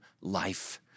life